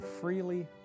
freely